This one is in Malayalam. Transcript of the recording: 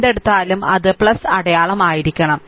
എന്തെടുത്തലും അത് അടയാളം ആയിരിക്കണം